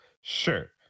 Sure